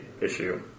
issue